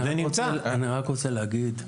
אני רק רוצה להגיד,